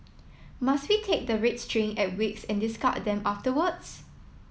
must we take the red string at wakes and discard them afterwards